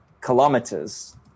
kilometers